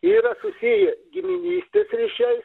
yra susiję giminystės ryšiais